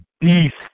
beast